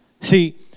See